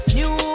New